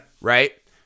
Right